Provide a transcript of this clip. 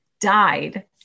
died